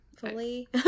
fully